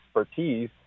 expertise